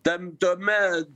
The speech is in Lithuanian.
ten tame